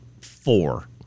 four